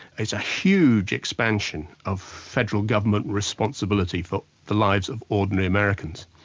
it's a huge expansion of federal government responsibility for the lives of ordinary americans.